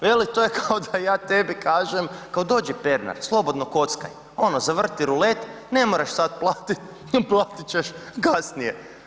Veli to je kao da ja tebi kažem kao dođi Pernar, slobodno kockaj, ono zavrti rulet, ne moraš sad platit, platit ćeš kasnije.